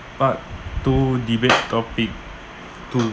part two debate topic two